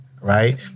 right